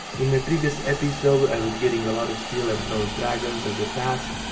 in my previous episode i was getting a lot of steel and bronze dragons as a tasks,